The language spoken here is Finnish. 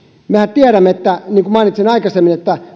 mehän tiedämme niin kuin mainitsin aikaisemmin että